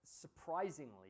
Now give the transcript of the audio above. surprisingly